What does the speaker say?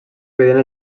evident